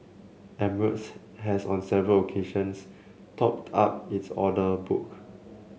emirates has on several occasions topped up its order book